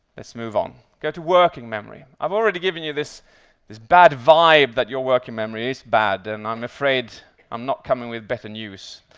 let's move on. go to working memory. i've already given you this this bad vibe that your working memory is bad, and i'm afraid i'm not coming with better news.